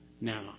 Now